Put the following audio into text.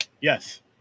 yes